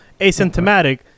asymptomatic